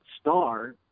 star